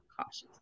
cautious